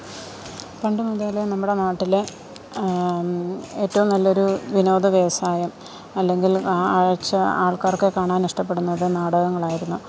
പണ്ടുമുതലേ നമ്മുടെ നാട്ടിലെ ഏറ്റവും നല്ലൊരു വിനോദ വ്യവസായം അല്ലെങ്കിൽ ആ ആഴ്ച ആൾക്കാർക്ക് കാണാൻ ഇഷ്ടപ്പെടുന്നത് നാടകങ്ങളായിരുന്നു